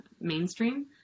mainstream